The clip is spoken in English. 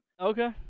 Okay